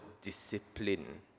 discipline